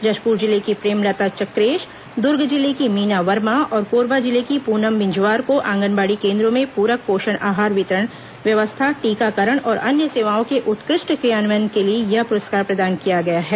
जशपुर जिले की प्रेमलता चक्रेश दुर्ग जिले की मीना वर्मा और कोरबा जिले की पूनम बिझवार को आंगनबाड़ी केन्द्रों में पूरक पोषण आहार वितरण व्यवस्था टीकाकरण और अन्य सेवाओं के उत्कृष्ट क्रियान्वयन के लिए यह पुरस्कार प्रदान किया गया है